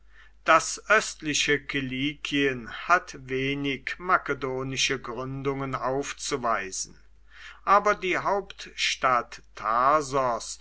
das östliche kilikien hat wenig makedonische gründungen aufzuweisen aber die hauptstadt tarsos